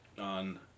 on